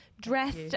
dressed